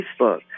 Facebook